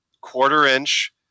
quarter-inch